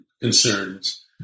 concerns